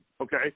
Okay